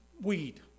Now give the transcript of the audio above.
weed